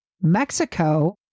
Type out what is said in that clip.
Mexico